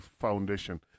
foundation